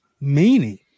meaning